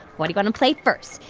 what are you going to play first?